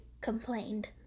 complained